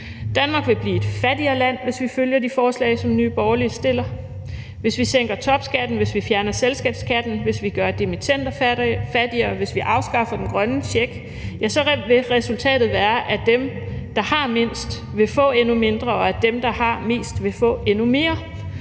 Danmark vil blive et fattigere land, hvis vi følger de forslag, som Nye Borgerlige stiller. Hvis vi sænker topskatten, hvis vi fjerner selskabsskatten, hvis vi gør dimittender fattigere, og hvis vi afskaffer den grønne check, så vil resultatet være, at dem, der har mindst, vil få endnu mindre, og dem, der har mest, vil få endnu mere.